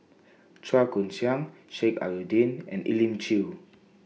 Chua Koon Siong Sheik Alau'ddin and Elim Chew